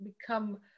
become